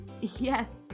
Yes